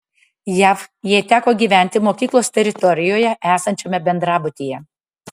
jav jai teko gyventi mokyklos teritorijoje esančiame bendrabutyje